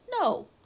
No